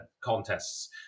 contests